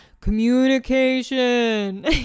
Communication